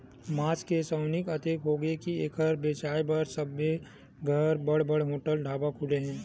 मांस के सउकिन अतेक होगे हे के एखर बेचाए बर सउघे बड़ बड़ होटल, ढाबा खुले हे